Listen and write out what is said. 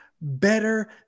better